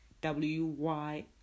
W-Y